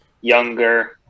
younger